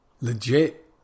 legit